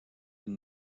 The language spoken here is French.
une